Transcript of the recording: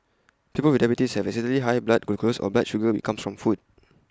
people with diabetes have excessively high blood glucose or blood sugar comes from food